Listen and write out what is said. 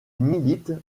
milite